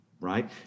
right